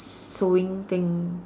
sowing thing